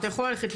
אתה יכול ללכת,